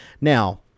Now